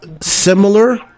similar